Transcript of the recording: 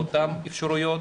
באותן אפשרויות